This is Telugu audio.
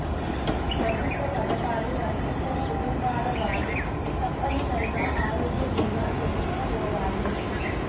ప్రభుత్వ పథకాలు వర్తించని కుటుంబాల వారు తప్పనిసరిగా ఆరోగ్య భీమా చేయించుకోవాలి